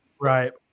Right